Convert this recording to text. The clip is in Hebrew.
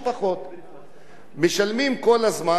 משלמים כל הזמן, גם בהוראת קבע.